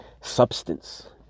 substance